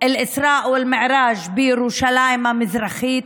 אל-אסראא ואל-מעראג' בירושלים המזרחית,